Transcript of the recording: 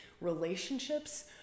relationships